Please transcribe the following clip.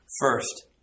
First